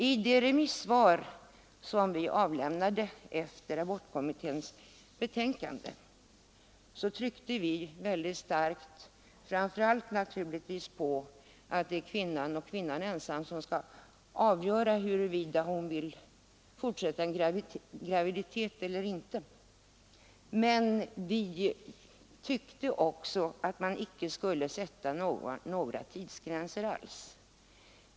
I det remissvar som vi avlämnade i anslutning till abortkommitténs betänkande tryckte vi naturligtvis framför allt mycket starkt på att det är kvinnan och kvinnan ensam som skall avgöra huruvida hon vill fortsätta en graviditet eller inte, men vi tyckte också att man icke skulle sätta några tidsgränser alls.